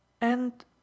And